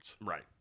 Right